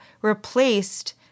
replaced